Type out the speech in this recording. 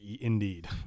Indeed